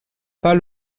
pas